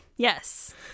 Yes